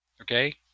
Okay